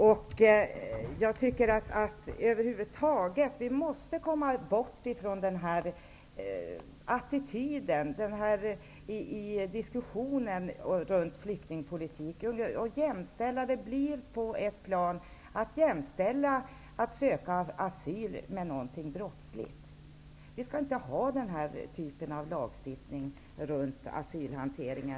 Vi måste över huvud taget komma bort från den attityd som råder i diskussionen om flyktingpolitik, nämligen att jämställa ansökan om asyl med en brottslig handling. Vi skall inte ha nuvarande typ av lagstiftning för asylhantering.